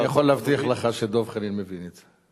אני יכול להבטיח לך שדב חנין מבין את זה.